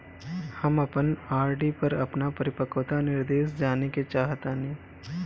हम अपन आर.डी पर अपन परिपक्वता निर्देश जानेके चाहतानी